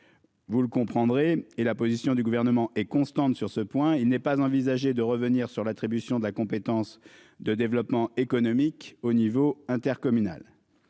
Vous le comprendrez. Et la position du gouvernement et constante sur ce point, il n'est pas envisagé de revenir sur l'attribution de la compétence de développement économique au niveau intercommunal.